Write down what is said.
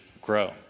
grow